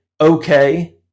okay